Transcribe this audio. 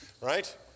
right